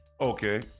Okay